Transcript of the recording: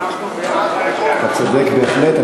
אתה צודק בהחלט.